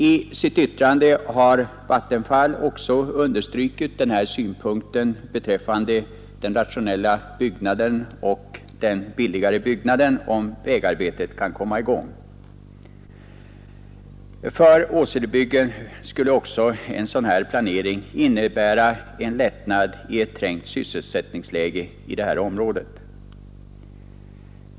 I sitt yttrande har Vattenfall också understrukit synpunkten om den rationellare och billigare byggnaden om vägarbetet kan komma i gång. För Åselebygden skulle också en sådan planering innebära en lättnad i det trängda sysselsättningsläget.